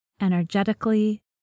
energetically